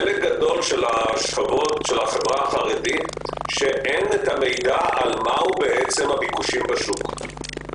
לחלק גדול מן השכבות בחברה החרדית אין מידע מה הביקושים בשוק.